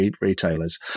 retailers